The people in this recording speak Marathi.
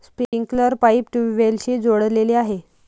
स्प्रिंकलर पाईप ट्यूबवेल्सशी जोडलेले आहे